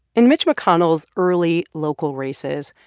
in mitch mcconnell's early local races,